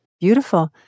Beautiful